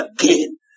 again